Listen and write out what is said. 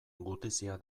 gutizia